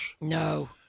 No